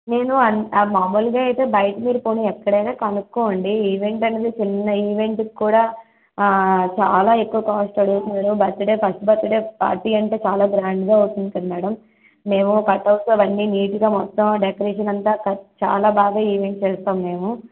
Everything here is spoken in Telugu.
నేను అం మాములుగా అయితే బయట మీరు పోని ఎక్కడైనా కనుక్కోండి ఈవెంట్ అనేది చిన్న ఈవెంట్కి కూడా చాలా ఎక్కువ కాస్ట్ అవుతుంది madam birthday first birthday party అంటే చాలా గ్రాండ్గా అవుతుంది కదా మేడం మేము కట్అవుట్స్ అవన్నీ నీట్గా మొత్తం డెకరేషన్ అంతా చాలా బాగా ఈవెంట్ చేస్తాము మేము